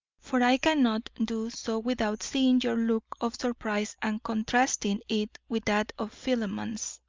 for i cannot do so without seeing your look of surprise and contrasting it with that of philemon's.